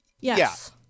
Yes